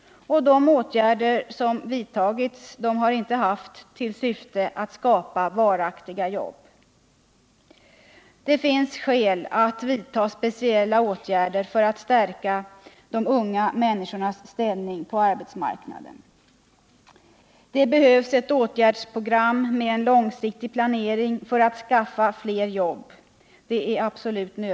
De åtgärder som vidtagits har inte haft till syfte att skapa varaktiga jobb. Det finns skäl att vidta speciella åtgärder för att stärka de unga människornas ställning på arbetsmarknaden. Det är absolut nödvändigt att ett åtgärdsprogram görs upp med långsiktig planering för att skaffa fler jobb.